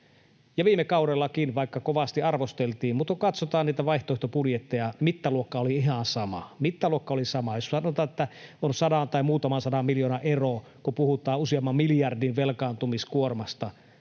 ja viime kaudellakin, vaikka kovasti arvosteltiin, kun katsotaan niitä vaihtoehtobudjetteja, mittaluokka oli ihan sama — mittaluokka oli sama. Jos sanotaan, että on sadan tai muutaman sadan miljoonan ero, kun puhutaan useamman miljardin velkaantumiskuormasta,